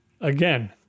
Again